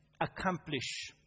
accomplish